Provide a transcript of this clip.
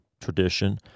tradition